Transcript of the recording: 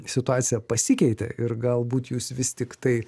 situacija pasikeitė ir galbūt jūs vis tiktai